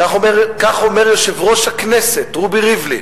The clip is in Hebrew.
כך אומר יושב-ראש הכנסת רובי ריבלין,